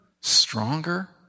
stronger